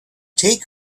take